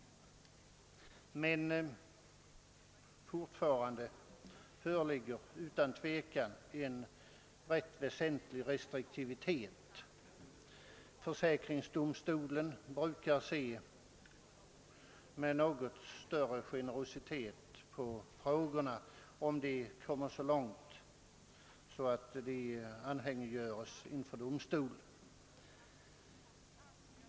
Men utan tvivel föreligger fortfarande en rätt väsentlig restriktivitet. Försäkringsdomstolen brukar visa något större generositet, om ärendena nu kommer så långt att de anhängiggörs där.